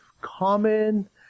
common